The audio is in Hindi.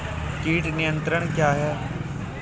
कीट नियंत्रण क्या है?